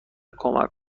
کمک